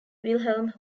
wilhelm